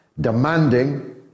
demanding